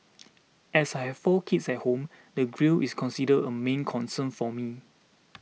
as I have four kids at home the grille is considered a main concern for me